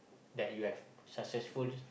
that you have successful